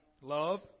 love